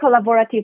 collaborative